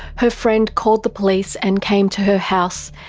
her friend called the police and came to her house,